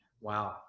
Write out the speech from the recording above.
Wow